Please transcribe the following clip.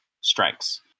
strikes